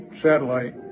satellite